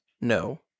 no